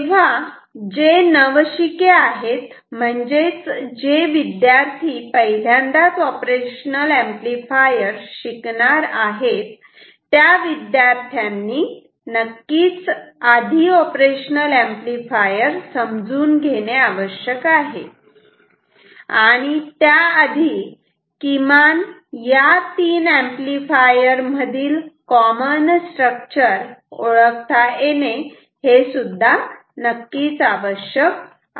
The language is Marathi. तेव्हा जे नवशिके आहेत म्हणजेच जे विद्यार्थी पहिल्यांदाच ऑपरेशनल ऍम्प्लिफायर शिकणार आहेत त्या विद्यार्थ्यांनी नक्कीच आधी ऑपरेशनल ऍम्प्लिफायर समजून घेणे आवश्यक आहे आणि त्याआधी किमान या तीन ऍम्प्लिफायर मधील कॉमन स्ट्रक्चर ओळखता येणे हे सुद्धा नक्कीच आवश्यक आहे